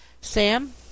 Sam